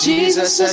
Jesus